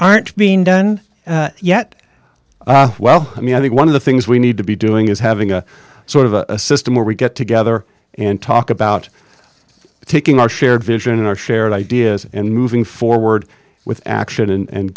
aren't being done yet well i mean i think one of the things we need to be doing is having a sort of a system where we get together and talk about taking our shared vision our shared ideas and moving forward with action and